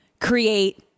Create